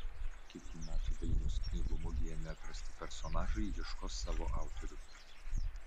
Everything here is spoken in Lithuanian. kitų metų vilniaus knygų mugėje neatrasti personažai ieškos savo autorių